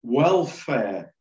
welfare